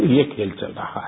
तो ये खेल चल रहा है